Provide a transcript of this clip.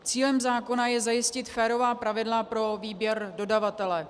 Cílem zákona je zajistit férová pravidla pro výběr dodavatele.